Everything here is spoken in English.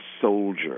soldier